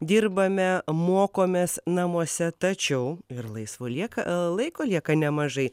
dirbame mokomės namuose tačiau ir laisvo lieka laiko lieka nemažai